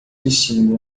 vestindo